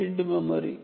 TID memory